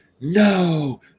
No